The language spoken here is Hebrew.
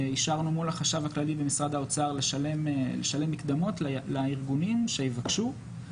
אישרנו מול החשב הכללי במשרד האוצר לשלם מקדמות לארגונים שיבקשו,